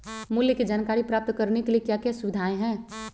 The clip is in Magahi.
मूल्य के जानकारी प्राप्त करने के लिए क्या क्या सुविधाएं है?